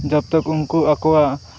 ᱡᱚᱵᱽᱛᱚᱠ ᱩᱱᱠᱩ ᱟᱠᱚᱣᱟᱜ